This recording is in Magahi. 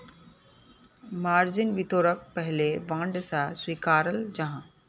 मार्जिन वित्तोक पहले बांड सा स्विकाराल जाहा